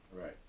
Right